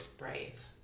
Right